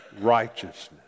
righteousness